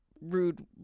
rude